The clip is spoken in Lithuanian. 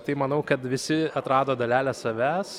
tai manau kad visi atrado dalelę savęs